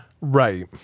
right